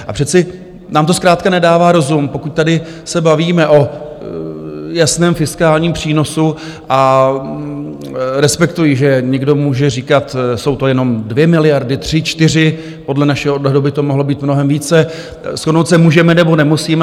A přece nám to zkrátka nedává rozum, pokud tady se bavíme o jasném fiskálním přínosu, a respektuji, že někdo může říkat, jsou to jenom dvě miliardy, tři, čtyři, podle našeho odhadu by to mohlo být mnohem více, shodnout se můžeme, nebo nemusíme.